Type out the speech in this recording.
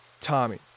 Tommy